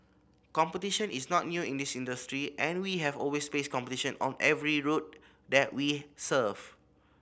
competition is not new in this industry and we have always faced competition on every route that we serve